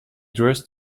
dress